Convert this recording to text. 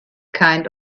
kind